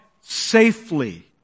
safely